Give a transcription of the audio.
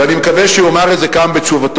ואני מקווה שהוא יאמר את זה כאן בתשובתו,